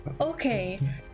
Okay